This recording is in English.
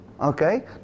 Okay